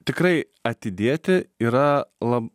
tikrai atidėti yra la